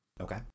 okay